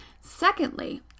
Secondly